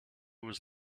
was